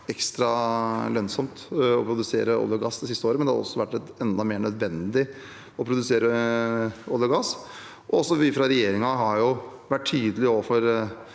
ekstra lønnsomt å produsere olje og gass det siste året, men det har også vært enda mer nødvendig å produsere olje og gass. Regjeringen har vært tydelig overfor